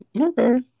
okay